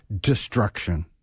destruction